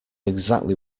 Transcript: exactly